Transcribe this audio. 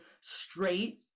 straight